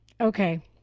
Okay